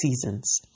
seasons